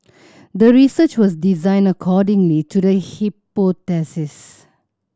the research was designed accordingly to the hypothesis